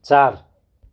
चार